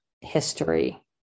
history